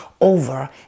over